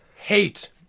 Hate